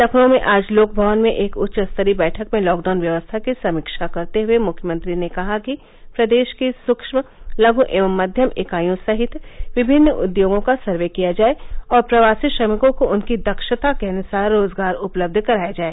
लखनऊ में आज लोक भवन में एक उच्च स्तरीय बैठक में लॉकडाउन व्यवस्था की समीक्षा करते हए मुख्यमंत्री ने कहा कि प्रदेश की सुक्ष्म लघ एवं मध्यम इकाइयों सहित विभिन्न उद्योगों का सर्वे किया जाए और प्रवासी श्रमिकों को उनकी दक्षता के अनसार रोजगार उपलब्ध कराया जाए